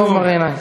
טוב מראה עיניים.